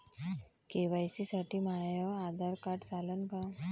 KYC साठी माह्य Aadhaar card चालन का?